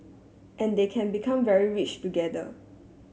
and they can become very rich together